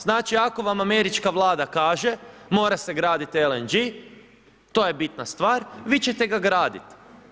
Znači ako vam američka Vlada kaže mora se graditi LNG, to je bitna stvar, vi ćete ga graditi.